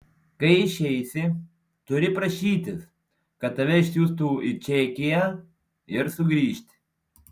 kai išeisi turi prašytis kad tave išsiųstų į čekiją ir sugrįžti